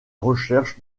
recherche